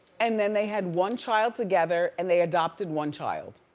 and then they had one child together and they adopted one child.